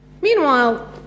Meanwhile